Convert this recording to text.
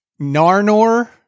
Narnor